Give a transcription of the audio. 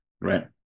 Right